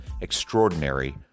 Extraordinary